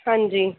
ਹਾਂਜੀ